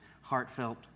heartfelt